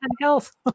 health